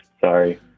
sorry